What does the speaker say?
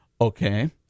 Okay